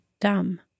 dumb